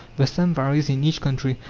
the sum varies in each country,